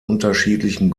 unterschiedlichen